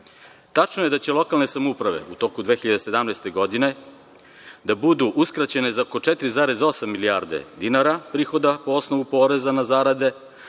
je da će lokalne samouprave u toku 2017. godine da budu uskraćene za oko 4,8 milijarde dinara prihoda po osnovu poreza na zarade,